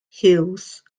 huws